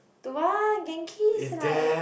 don't want Genki is like at